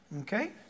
Okay